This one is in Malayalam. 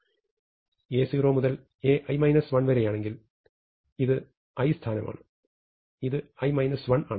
അതിനാൽ A0 മുതൽ Ai 1 വരെയാണെങ്കിൽ ഇത് i സ്ഥാനം ആണ് ഇത് i 1 ആണ്